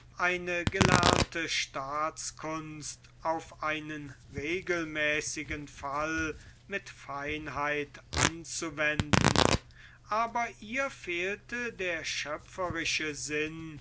eine gelernte staatskunst auf einen regelmäßigen fall mit feinheit anzuwenden aber ihr fehlte der schöpferische sinn